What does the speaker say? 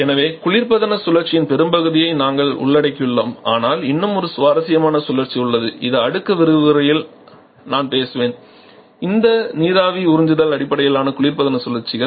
எனவே குளிர்பதன சுழற்சியின் பெரும்பகுதியை நாங்கள் உள்ளடக்கியுள்ளோம் ஆனால் இன்னும் ஒரு சுவாரஸ்யமான சுழற்சி உள்ளது இது அடுத்த விரிவுரையில் நான் பேசுவேன் இது நீராவி உறிஞ்சுதல் அடிப்படையிலான குளிர்பதன சுழற்சிகள்